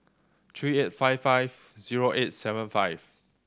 three eight five five zero eight seven five